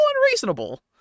unreasonable